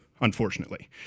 unfortunately